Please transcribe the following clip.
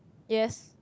yes